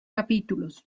capítulos